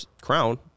crown